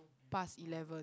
pass eleven